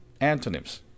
Antonyms